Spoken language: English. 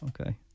Okay